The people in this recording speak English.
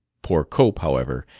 poor cope, however,